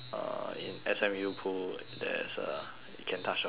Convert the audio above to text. S_M_U pool there's a can touch the floor [one]